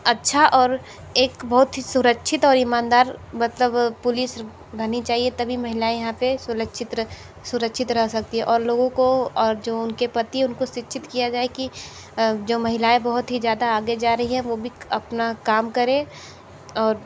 अच्छा और एक बहुत ही सुरक्षित और ईमानदार मतलब पुलिस होनी चाहिए तभी महिलाएँ यहाँ पर सुरक्षित रह सुरक्षित रह सकती हैं और लोगों को और जो उनके पति हैं उनको शिक्षित किया जाए कि जो महिलाएँ बहुत ही ज़्यादा आगे जा रही हैं वह भी अपना काम करें और